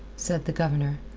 said the governor,